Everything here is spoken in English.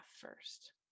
first